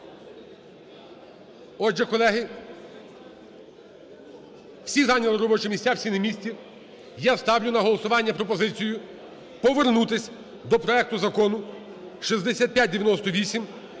Отже, колеги, всі зайняли робочі місця, всі на місці. Я ставлю на голосування пропозицію повернутися до проекту Закону (6598)